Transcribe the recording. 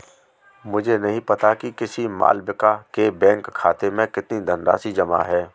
मुझे नही पता कि किसी मालविका के बैंक खाते में कितनी धनराशि जमा है